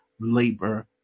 Labor